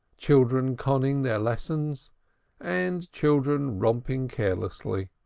children conning their lessons and children romping carelessly